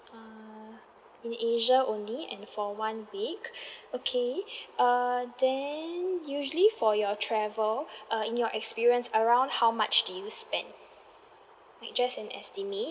uh in asia only and for one week okay err then usually for your travel uh in your experience around how much do you spend like just an estimate